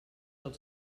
del